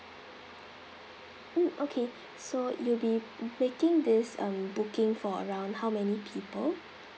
mm okay so you'll be making this um booking for around how many people